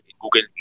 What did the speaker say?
Google